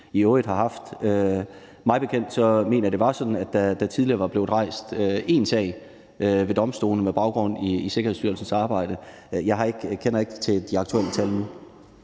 i øvrigt har haft. Mig bekendt var det sådan, at der tidligere var blevet rejst en enkelt sag ved domstolene med baggrund i Sikkerhedsstyrelsens arbejde, men jeg kender ikke de aktuelle tal.